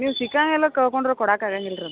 ನೀವು ಸಿಕ್ಕಂಗೆಲ್ಲ ಕಳ್ಕೊಂಡರೆ ಕೊಡಕ್ಕೆ ಆಗಂಗಿಲ್ಲ ರೀ ಅದನ್ನ